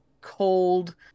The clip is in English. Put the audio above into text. cold